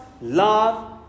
love